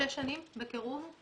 שש שנים, בקירוב.